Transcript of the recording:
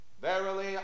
Verily